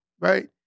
right